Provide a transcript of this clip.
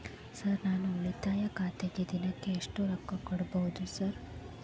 Sir ನಾನು ಉಳಿತಾಯ ಖಾತೆಗೆ ದಿನಕ್ಕ ಎಷ್ಟು ರೊಕ್ಕಾ ಕಟ್ಟುಬಹುದು ಸರ್?